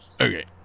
Okay